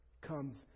comes